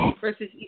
versus